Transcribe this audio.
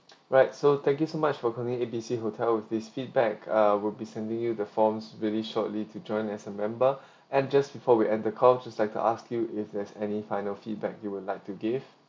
right so thank you so much for calling A B C hotel with this feedback uh we'll be sending you the forms really shortly to join as a member and just before we end the call just like to ask you if there's any final feedback you would like to give